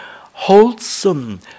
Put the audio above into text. wholesome